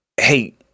hey